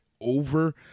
over